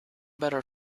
better